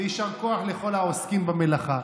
ויישר כוח לכל העוסקים במלאכה.